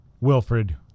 Wilfred